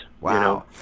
wow